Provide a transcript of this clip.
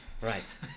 Right